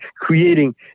creating